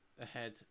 ahead